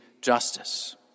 justice